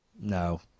No